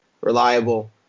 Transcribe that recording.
Reliable